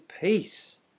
peace